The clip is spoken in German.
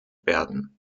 werden